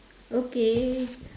okay